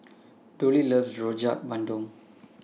Dollie loves Rojak Bandung